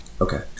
Okay